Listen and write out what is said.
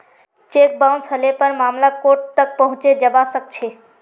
cheque bounce हले पर मामला कोर्ट तक पहुंचे जबा सकछे